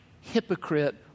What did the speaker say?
hypocrite